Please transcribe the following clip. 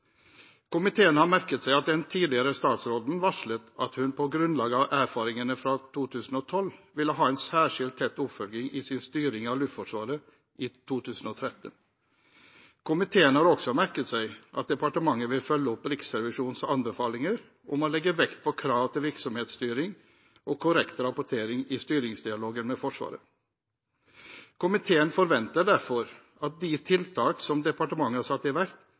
Komiteen har merket seg at den tidligere statsråden varslet at hun på grunnlag av erfaringene fra 2012 ville ha en særskilt tett oppfølging i sin styring av Luftforsvaret i 2013. Komiteen har også merket seg at departementet vil følge opp Riksrevisjonens anbefalinger om å legge vekt på krav til virksomhetsstyring og korrekt rapportering i styringsdialogen med Forsvaret. Komiteen forventer derfor at de tiltak som departementet har satt i verk,